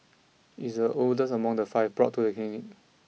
it is the oldest among the five brought to the clinic